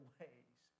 ways